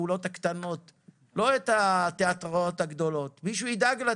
לא את התיאטראות הגדולים שלהם מישהו ידאג,